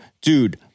dude